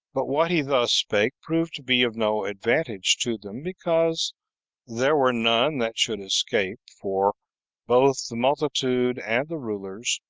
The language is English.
but what he thus spake proved to be of no advantage to them, because there were none that should escape for both the multitude and the rulers,